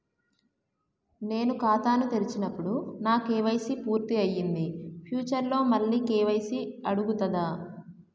నేను ఖాతాను తెరిచినప్పుడు నా కే.వై.సీ పూర్తి అయ్యింది ఫ్యూచర్ లో మళ్ళీ కే.వై.సీ అడుగుతదా?